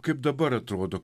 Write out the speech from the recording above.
kaip dabar atrodo